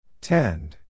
Tend